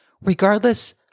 regardless